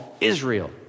Israel